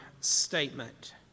statement